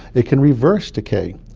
it can reverse decay.